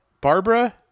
Barbara